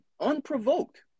unprovoked